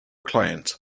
client